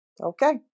Okay